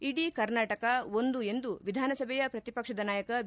ಇಡೀ ಕರ್ನಾಟಕ ಒಂದು ಎಂದು ವಿಧಾನಸಭೆಯ ಪ್ರತಿಪಕ್ಷದ ನಾಯಕ ಬಿ